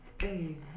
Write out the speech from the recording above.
Hey